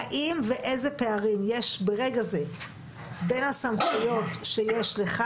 האם ואיזה פערים יש ברגע זה בין הסמכויות שיש לך